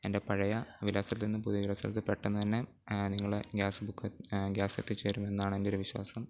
എൻ്റെ പഴയ വിലാസത്തിൽ നിന്നും പുതിയ വിലാസത്തിൽ പെട്ടന്ന് തന്നെ നിങ്ങൾ ഗ്യാസ് ബുക്ക് ഗ്യാസ് എത്തിച്ച് തരും എന്നാണ് എൻ്റെ ഒരു വിശ്വാസം